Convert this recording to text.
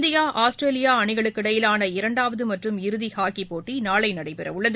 India Australia அணிகளுக்கு இடையிவான இரண்டாவது மற்றும் இறுதி ஹாக்கிப் போட்டி நாளை நடைபெறவுள்ளது